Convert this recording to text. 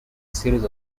series